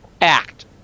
act